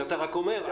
אתה רק אומר,